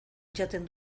jaten